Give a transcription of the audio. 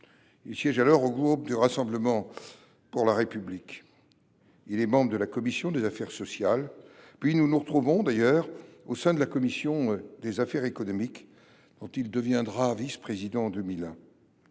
Il siège alors au groupe du Rassemblement pour la République (RPR). Il est d’abord membre de la commission des affaires sociales, avant que nous ne nous retrouvions au sein de la commission des affaires économiques, dont il devient vice président en 2001.